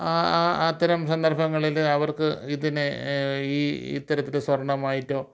ആ അത്തരം സന്ദർഭങ്ങളിൽ അവർക്ക് ഇതിനെ ഈ ഇത്തരത്തിൽ സ്വർണ്ണമായിട്ടോ